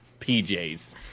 PJs